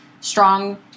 strong